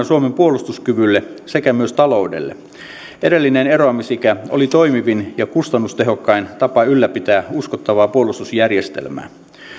suomen puolustuskyvylle sekä myös taloudelle edellinen eroa misikä oli toimivin ja kustannustehokkain tapa ylläpitää uskottavaa puolustusjärjestelmää